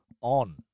on